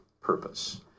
purpose